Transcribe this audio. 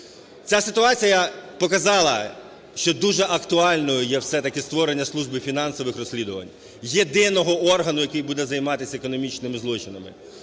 Ця ситуація показала, що дуже актуальною є все-таки створення служби фінансових розслідувань – єдиного органу, який буде займатися економічними злочинами,